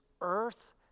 earth